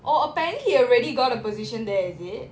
oh apparently he already got a position there is it